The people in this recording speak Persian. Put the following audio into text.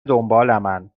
دنبالمن